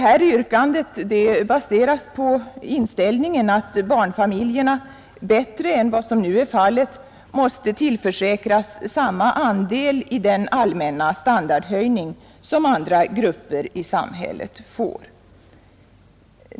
Vårt yrkande baseras på inställningen att barnfamiljerna bättre än nu måste tillförsäkras samma andel i den allmänna standardhöjningen som andra grupper i samhället får.